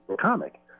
comic